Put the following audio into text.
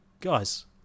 guys